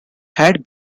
had